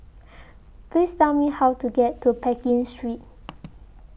Please Tell Me How to get to Pekin Street